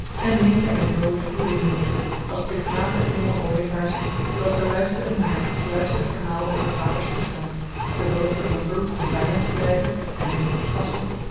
en meta en jo voerden hun moeder als plichtmatige jonge ooievaars terwijl ze luisterden naar haar gefluisterd verhaal over vaders toestand de belofte van brooke om bij hem te blijven en hem op te passen